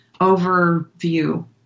overview